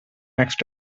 next